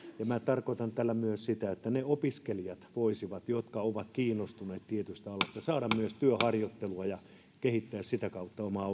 minä tarkoitan tällä myös sitä että ne opiskelijat jotka ovat kiinnostuneita tietystä alasta voisivat saada myös työharjoittelua ja kehittää sitä kautta omaa